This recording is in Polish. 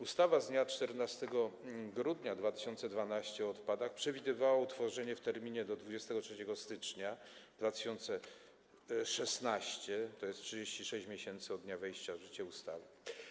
Ustawa z dnia 14 grudnia 2012 r. o odpadach przewidywała utworzenie jej w terminie do 23 stycznia 2016 r., tj. 36 miesięcy od dnia wejścia w życie ustawy.